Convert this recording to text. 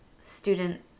student